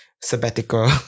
sabbatical